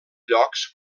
llocs